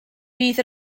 bydd